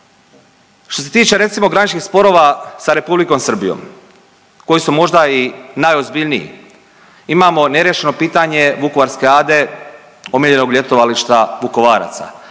Što se tiče recimo graničnih sporova sa Republikom Srbijom koji su možda i najozbiljniji. Imamo neriješeno pitanje Vukovarske ade omiljenog ljetovališta Vukovaraca.